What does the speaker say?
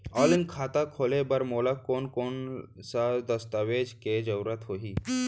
Online खाता खोले बर मोला कोन कोन स दस्तावेज के जरूरत होही?